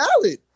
valid